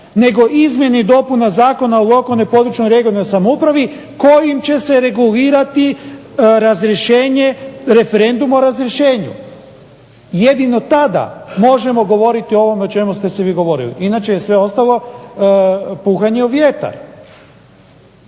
nego Izmjene i dopune Zakona o lokalnoj, područnoj i regionalnoj samoupravi kojim će se regulirati razrješenje referendum o razrješenju. Jedino tada možemo govoriti o ovome o čemu ste vi govorili. Inače je sve ostalo puhanje u vjetar.